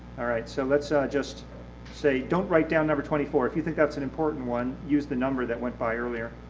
ah so let's just say don't write down number twenty four. if you think that's an important one, use the number that went by earlier.